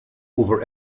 over